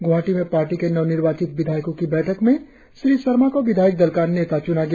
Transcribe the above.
ग्रवाहाटी में पार्टी के नवनिर्वाचित विधायकों की बैठक में श्री सरमा को विधायक दल का नेता च्ना गया